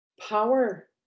power